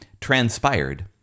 transpired